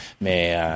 mais